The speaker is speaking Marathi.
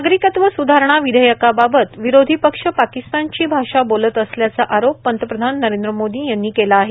नागरिकत्व सुधारणा विधेयकाबाबत विरोधीपक्ष पाकिस्तानची भाषा बोलत असल्याचा आरोप पंतप्रधान नरेंद्र मोदी यांनी केला आहे